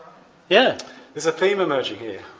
yeah there's a theme emerging here.